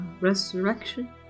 resurrection